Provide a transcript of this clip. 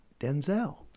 Denzel